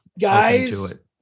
Guys